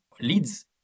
leads